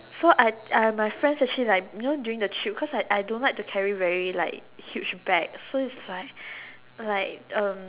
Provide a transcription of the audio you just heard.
so I I my friend actually like you know during the trip because I I don't like to carry very like huge bag so is like like